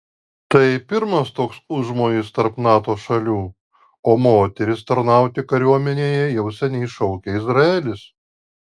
tai pirmas toks užmojis tarp nato šalių o moteris tarnauti kariuomenėje jau seniai šaukia izraelis